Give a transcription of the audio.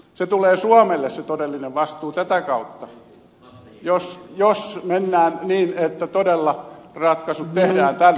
se todellinen vastuu tulee suomelle tätä kautta jos mennään niin että todella ratkaisut tehdään tältä pohjalta